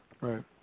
Right